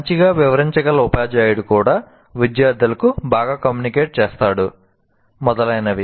మంచిగా వివరించగల ఉపాధ్యాయుడు కూడా విద్యార్థులకు బాగా కమ్యూనికేట్ చేస్తాడు మొదలైనవి